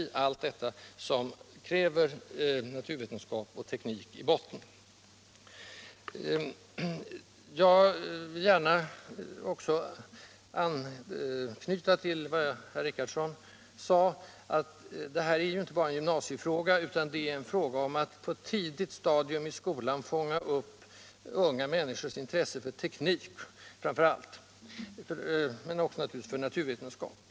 Allt detta kräver naturvetenskap och teknik i botten. Jag vill gärna anknyta till vad herr Richardson sade om att det här är inte bara en gymnasiefråga. Det är en fråga om att på ett tidigt stadium i skolan fånga upp unga människors intresse för teknik framför allt, men naturligtvis också för naturvetenskap.